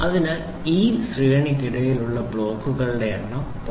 അതിനാൽ ഈ ശ്രേണിക്ക് ഇടയിലുള്ള ബ്ലോക്കുകളുടെ എണ്ണം 0